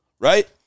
right